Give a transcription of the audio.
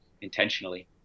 intentionally